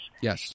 Yes